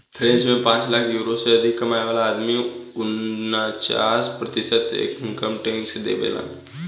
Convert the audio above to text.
French में पांच lakh euro से अधिक कमाए वाला आदमी उनन्चास प्रतिशत इनकम टैक्स देबेलन